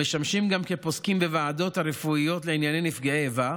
המשמשים גם פוסקים בוועדות הרפואיות לענייני נפגעי איבה,